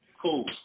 Cool